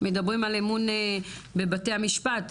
מדברים על אמון בבתי המשפט,